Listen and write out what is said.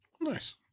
Nice